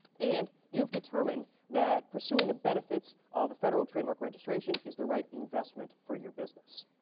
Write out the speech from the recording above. and you've determined that pursuing the benefits of a federal trademark registration is the right investment for your business.